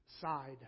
side